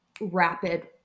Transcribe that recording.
rapid